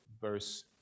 verse